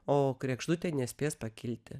o kregždutė nespės pakilti